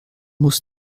muss